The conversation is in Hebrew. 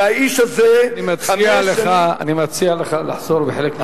והאיש הזה, אני מציע לך לחזור בחלק מהדברים.